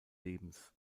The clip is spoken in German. lebens